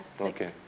Okay